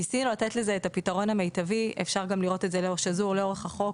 ניסינו לתת לזה את הפתרון המיטבי; אפשר לראות את זה שזור לאורך החוק,